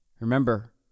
Remember